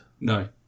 No